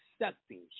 accepting